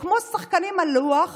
עכשיו, כמו שחקנים על לוח